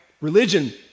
Religion